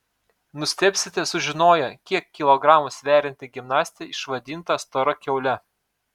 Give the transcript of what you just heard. nustebsite sužinoję kiek kilogramų sverianti gimnastė išvadinta stora kiaule